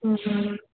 ଓଃହୋ